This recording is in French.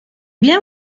bien